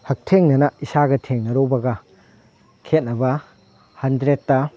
ꯍꯛꯊꯦꯡꯅꯅ ꯏꯁꯥꯒ ꯊꯦꯡꯅꯔꯨꯕꯒ ꯈꯦꯠꯅꯕ ꯍꯟꯗ꯭ꯔꯦꯗꯇ